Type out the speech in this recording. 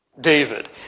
David